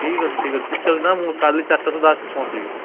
ଠିକ୍ ଅଛି ଠିକ୍ ଅଛି କିଛି ଅସୁବିଧା ନାହିଁ ମୁଁ କାଲି ଚାରିଟା ସୁଦ୍ଧା ଆସି ପହଞ୍ଚିଯିବି